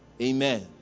Amen